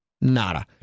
Nada